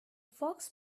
fox